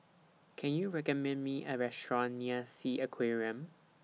Can YOU recommend Me A Restaurant near Sea Aquarium